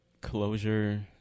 Closure